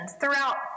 throughout